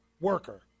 worker